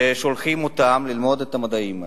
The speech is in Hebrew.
ששולחים אותם ללמוד את המדעים האלה.